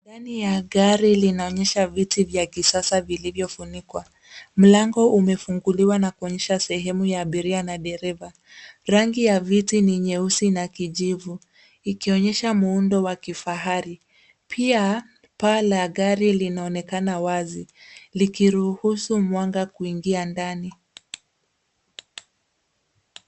Ndani ya gari linaonyesha viti vya kisasa vilivofunikwa. Mlango umefunguliwa na kuonyesha sehemu ya abiria na dereva. Rangi ya viti ni nyeusi na kijivu ikionyesha muundo wa kifahari. Pia paa la gari linaonekana wazi likiruhusu mwanga kuingia ndani.